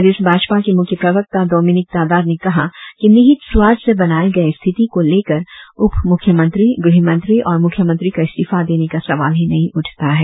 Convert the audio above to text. प्रदेश भाजपा के मुख्य प्रवक्ता दोमिनिक तादार ने कहा कि निहित स्वार्थ से बनाये गये स्थिति को लेकर उप मुख्यमंत्री गृहमंत्री और मुख्यमंत्री का इस्तीफा देने का सवाल ही नही उठता है